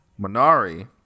Minari